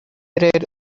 read